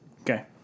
Okay